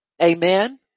Amen